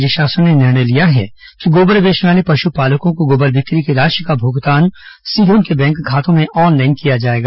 राज्य शासन ने निर्णय लिया है कि गोबर बेचने वाले पशुपालकों को गोबर बिक्री की राशि का भूगतान सीधे उनके बैंक खातों में ऑनलाइन किया जाएगा